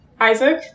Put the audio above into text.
Isaac